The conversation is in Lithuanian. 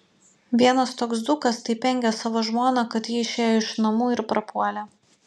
vienas toks dzūkas taip engė savo žmoną kad ji išėjo iš namų ir prapuolė